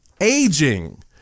aging